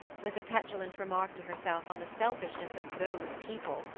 with a petulant remark to herself on the selfishness of those people,